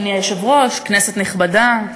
אדוני היושב-ראש, כנסת נכבדה,